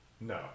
No